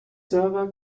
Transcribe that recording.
server